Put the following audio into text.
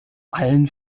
allen